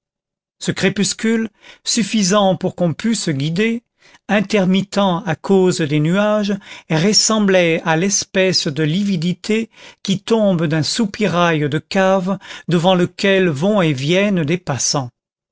ce crépuscule suffisant pour qu'on pût se guider intermittent à cause des nuages ressemblait à l'espèce de lividité qui tombe d'un soupirail de cave devant lequel vont et viennent des passants